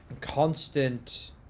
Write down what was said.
constant